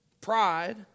pride